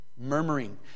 murmuring